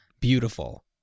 beautiful